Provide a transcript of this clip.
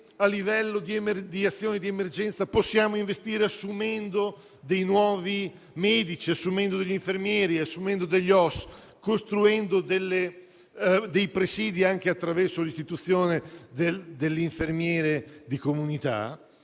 a livello di azioni di emergenza possiamo investire assumendo nuovi medici, infermieri e OSS, costruendo presidi anche attraverso l'istituzione dell'infermiere di comunità,